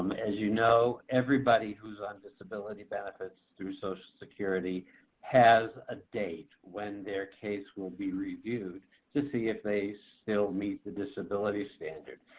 as you know, everybody who is on disability benefits through social security has a date when their case will be reviewed to see if they still meet the disability standard.